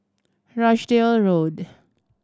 Rochdale Road